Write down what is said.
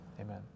Amen